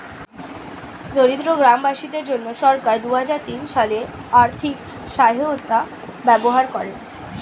দরিদ্র গ্রামবাসীদের জন্য সরকার দুহাজার তিন সালে আর্থিক সহায়তার ব্যবস্থা করেন